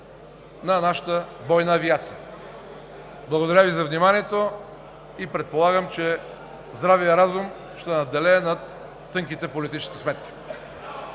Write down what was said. на нашата бойна авиация. Благодаря Ви за вниманието. Предполагам, че здравият разум ще надделее над тънките политически сметки.